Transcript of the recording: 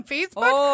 Facebook